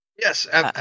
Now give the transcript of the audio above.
Yes